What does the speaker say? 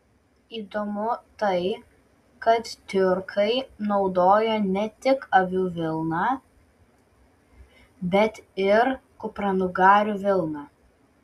įdomu tai kad tiurkai naudojo ne tik avių vilną bet ir kupranugarių vilną